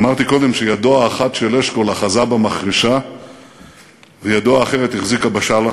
אמרתי קודם שידו האחת של אשכול אחזה במחרשה וידו האחרת החזיקה בשלח.